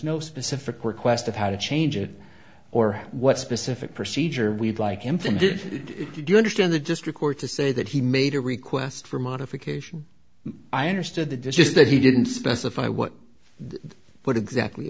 no specific request of how to change it or what specific procedure we'd like him from did you understand the district court to say that he made a request for modification i understood that this is that he didn't specify what the put exactly